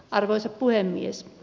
arvoisa puhemies